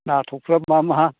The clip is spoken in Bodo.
नाथ'खफ्रा मा मा